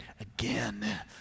again